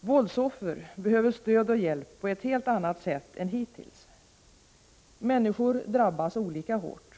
Våldsoffer behöver stöd och hjälp på ett helt annat sätt än hittills. Människor drabbas olika hårt.